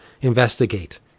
investigate